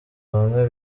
bamwe